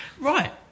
right